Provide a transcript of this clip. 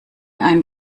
einen